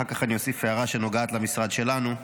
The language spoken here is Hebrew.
אחר כך אני אוסיף הערה שנוגעת למשרד שלנו.